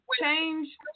change